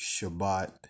Shabbat